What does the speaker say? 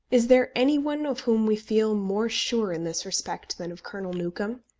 is there any one of whom we feel more sure in this respect than of colonel newcombe?